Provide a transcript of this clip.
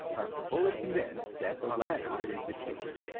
are fully convinced that the latter is the case,